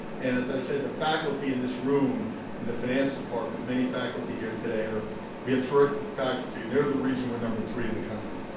and as i said, the faculty in this room in the finance department many faculty here today we have terrific faculty. they're the reason we're number three in the country.